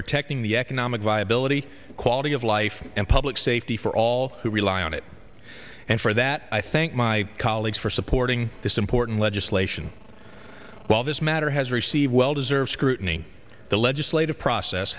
protecting the economic viability of quality of life and public safety for all who rely on it and for that i thank my colleagues for supporting this important legislation while this matter has received well deserved scrutiny the legislative process